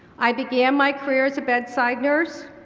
i began my career as a bedside nurse,